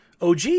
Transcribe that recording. OG